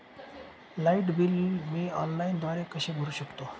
Light bill मी ऑनलाईनद्वारे कसे भरु शकतो?